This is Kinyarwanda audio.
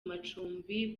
macumbi